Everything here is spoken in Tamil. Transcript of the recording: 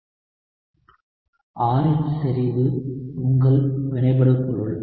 R இன் செறிவு உங்கள் வினைபடுபொருள்